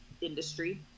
industry